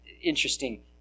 interesting